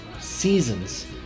seasons